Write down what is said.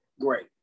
Great